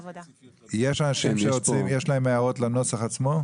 יש אנשים שיש להם הערות על הנוסח עצמו?